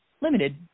limited